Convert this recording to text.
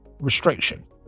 restriction